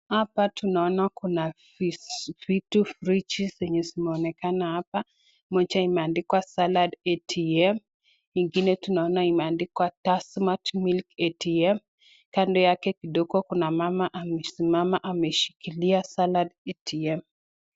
Hapa tunaona kuna vitu fridge zenye zimeonekana hapa, moja imeandikwa salad ATM, ingine tunaona imeandikwa tassmatt Milk ATM. Kando yake kidogo kuna mama amesimama ameshikilia salad ATM.